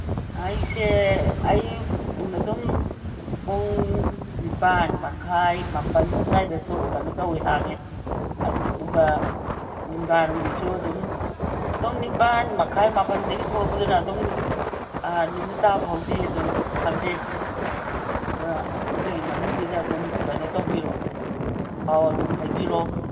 ꯑꯩꯁꯦ ꯑꯌꯨꯛ ꯑꯗꯨꯝ ꯄꯨꯡ ꯅꯤꯄꯥꯟ ꯃꯈꯥꯏ ꯃꯥꯄꯟ ꯑꯁ꯭ꯋꯥꯏꯗ ꯀꯩꯅꯣꯇꯧꯏ ꯍꯥꯡꯉꯤ ꯑꯗꯨꯒ ꯅꯨꯡꯗꯥꯡꯋꯥꯏꯔꯝꯒꯤꯁꯨ ꯑꯗꯨꯝ ꯑꯗꯨꯝ ꯅꯤꯄꯥꯟ ꯃꯈꯥꯏ ꯃꯥꯄꯟꯗꯒꯤ ꯊꯣꯛꯂꯛꯄꯗꯨꯅ ꯑꯗꯨꯝ ꯅꯨꯃꯤꯠ ꯇꯥꯐꯥꯎꯗꯤ ꯑꯗꯨꯝ ꯐꯝꯖꯩ ꯑꯗꯣ ꯑꯗꯨꯒꯤ ꯃꯅꯨꯡꯁꯤꯗ ꯑꯗꯨꯝ ꯀꯩꯅꯣ ꯇꯧꯕꯤꯔꯛꯑꯣ ꯄꯥꯎ ꯑꯗꯨꯝ ꯍꯥꯏꯕꯤꯔꯛꯑꯣ